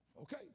Okay